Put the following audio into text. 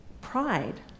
pride